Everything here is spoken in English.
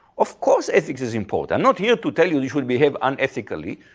of course, ethics is important, i'm not here to tell you should behave unethically.